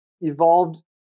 evolved